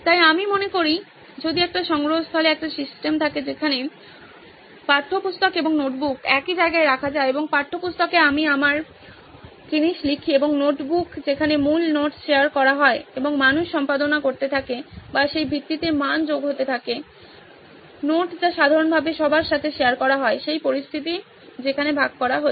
তাই আমি মনে করি যদি একটি সংগ্রহস্থলে একটি সিস্টেম থাকে যেখানে পাঠ্যপুস্তক এবং নোটবুক একই জায়গায় রাখা যায় এবং পাঠ্যপুস্তকে আমি আমার জিনিস লিখি এবং নোটবুক যেখানে মূল নোট শেয়ার করা হয় এবং মানুষ সম্পাদনা করতে থাকে বা সেই ভিত্তিতে মান যোগ করতে থাকে নোট যা সাধারণভাবে সবার সাথে শেয়ার করা হয় সেই পরিস্থিতি যেখানে ভাগ করা হচ্ছে